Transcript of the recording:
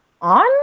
on